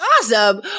Awesome